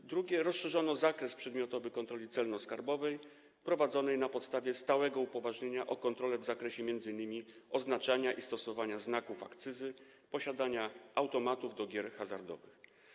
Po drugie, rozszerzono zakres przedmiotowy kontroli celno-skarbowej prowadzonej na podstawie stałego upoważnienia o kontrolę w zakresie m.in. oznaczania i stosowania znaków akcyzy oraz posiadania automatów do gier hazardowych.